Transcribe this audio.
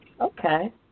Okay